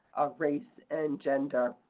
race and gender.